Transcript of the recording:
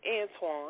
Antoine